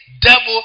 double